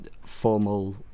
formal